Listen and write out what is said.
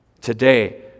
Today